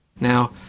Now